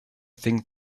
things